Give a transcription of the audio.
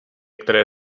které